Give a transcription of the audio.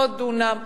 עוד דונם,